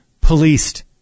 policed